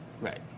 Right